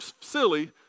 silly